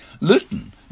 Luton